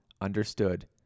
understood